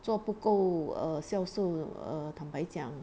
做不够 err 孝順 err 坦白讲